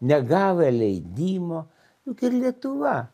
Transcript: negavę leidimo juk ir lietuva